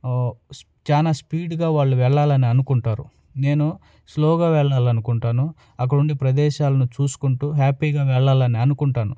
చాలా స్పీడ్గా వాళ్ళు వెళ్ళాలని అనుకుంటారు నేను స్లోగా వెళ్ళాలనుకుంటాను అక్కడుండే ప్రదేశాలను చూసుకుంటూ హ్యాపీగా వెళ్ళాలని అనుకుంటాను